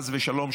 חס ושלום,